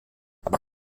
aber